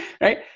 right